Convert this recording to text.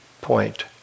point